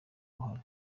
uruhare